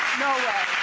no way.